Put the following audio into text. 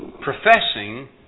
professing